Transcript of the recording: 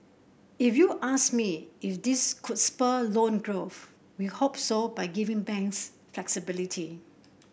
if you ask me if this could spur loan growth we hope so by giving banks flexibility